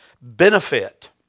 benefit